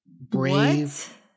Brave